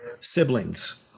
siblings